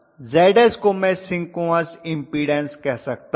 Zs को मैं synchronous impedance कह सकता हूं